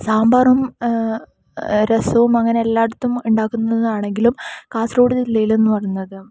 സാമ്പാറും രസവും അങ്ങനെ എല്ലാ ഇടത്തും ഉണ്ടാക്കുന്നതാണെങ്കിലും കാസർഗോഡ് ജില്ലയില് എന്നുപറയുന്നത്